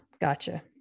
gotcha